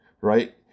right